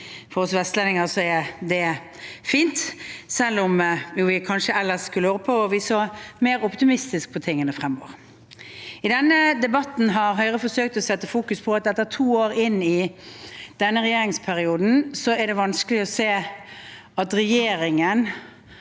For oss vestlendinger er det fint, selv om vi kanskje ellers skulle håpe at vi så mer optimistisk på tingene fremover. I denne debatten har Høyre forsøkt å fokusere på at det to år inn i denne regjeringsperioden er det vanskelig å se at regjeringen